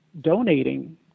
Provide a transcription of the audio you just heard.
donating